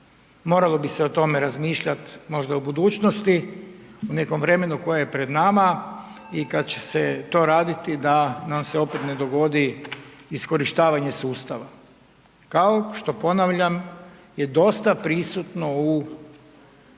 Moralo bi se o tome razmišljat možda u budućnosti, o nekom vremenu koje je pred nama i kad će se to raditi da nam se opet ne dogodi iskorištavanje sustava, kao što ponavljam je dosta prisutno u socijalnom